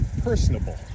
personable